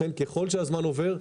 לכן ככל שהזן עובר,